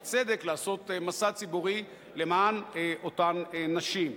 בצדק, לעשות מסע ציבורי למען אותן נשים.